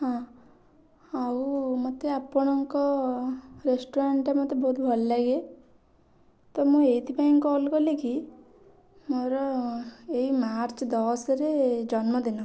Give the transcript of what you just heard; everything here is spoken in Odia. ହଁ ଆଉ ମୋତେ ଆପଣଙ୍କ ରେଷ୍ଟୁରାଣ୍ଟ୍ଟା ମୋତେ ବହୁତ ଭଲ ଲାଗେ ତ ମୁଁ ଏଇଥିପାଇଁ କଲ୍ କଲିକି ମୋର ଏଇ ମାର୍ଚ୍ଚ ଦଶରେ ଜନ୍ମଦିନ